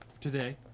today